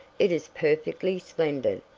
it is perfectly splendid,